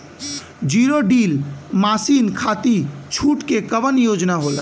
Zero deal मासिन खाती छूट के कवन योजना होला?